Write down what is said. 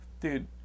Dude